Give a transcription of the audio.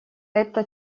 это